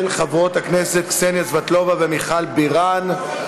של חברות הכנסת קסניה סבטלובה ומיכל בירן.